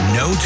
no